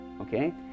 Okay